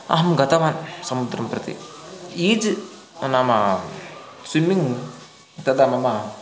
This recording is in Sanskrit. अहं गतवान् समुद्रं प्रति ईज् नामा स्विम्मिङ्ग् तदा मम